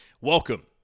welcome